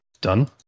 done